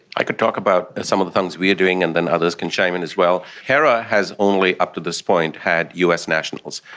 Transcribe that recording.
i could talk about some of the things we are doing and then others can chime in as well. hera has only up to this point had us nationals.